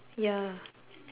ya